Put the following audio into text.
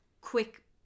quick